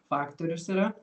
faktorius yra